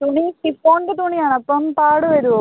തുണി ഷിഫോണിൻ്റെ തുണിയാണ് അപ്പം പാട് വരുമോ